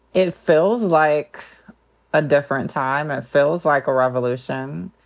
it feels like a different time. it feels like a revolution.